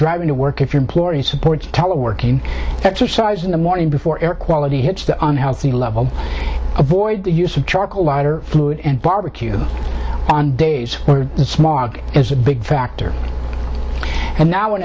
driving to work if your employee supports teleworking exercise in the morning before air quality hits the unhealthy level avoid the use of charcoal lighter fluid and barbecue on days smaug is a big factor and now